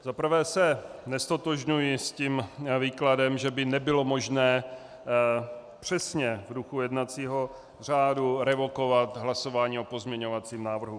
Za prvé se neztotožňuji s tím výkladem, že by nebylo možné přesně v duchu jednacího řádu revokovat hlasování o pozměňovacím návrhu.